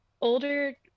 older